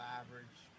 average